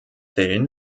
villen